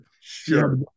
sure